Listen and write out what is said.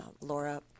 Laura